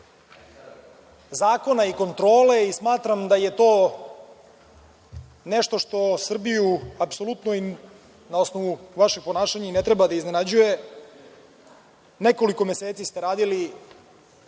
zakona i kontrole i smatram da je to nešto što Srbiju apsolutno na osnovu vašeg ponašanja i ne treba da iznenađuje. Nekoliko meseci ste radili